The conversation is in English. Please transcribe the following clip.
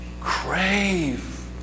crave